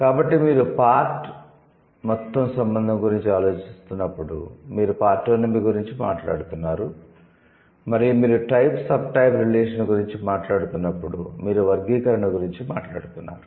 కాబట్టి మీరు 'పార్ట్ మొత్తం' సంబంధం గురించి ఆలోచిస్తున్నప్పుడు మీరు పార్టోనమీ గురించి మాట్లాడుతున్నారు మరియు మీరు 'టైప్ సబ్టైప్' రిలేషన్ గురించి మాట్లాడుతున్నప్పుడు మీరు వర్గీకరణ గురించి మాట్లాడుతున్నారు